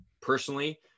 personally